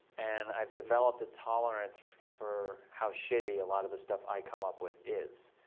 and i've developed a tolerance for how shitty a lot of the stuff i come up with is.